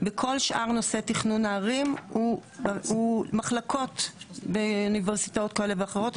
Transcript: וכל שאר נושא תכנון הערים הוא מחלקות באוניברסיטאות כאלה ואחרות.